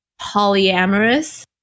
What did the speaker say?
polyamorous